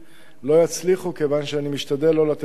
לא יצליחו, כיוון שאני משתדל שלא לתת להן יד.